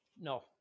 No